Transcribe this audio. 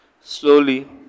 slowly